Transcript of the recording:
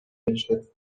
беришет